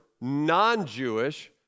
non-Jewish